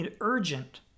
urgent